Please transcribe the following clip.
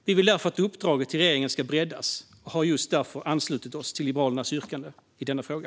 Vi vill därför att uppdraget till regeringen ska breddas och har just därför anslutit oss till Liberalernas yrkande i denna fråga.